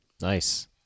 Nice